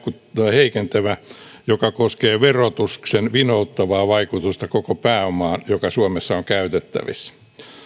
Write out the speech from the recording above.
heikentävä vaikutus joka koskee verotuksen vinouttavaa vaikutusta koko siihen pääomaan joka suomessa on käytettävissä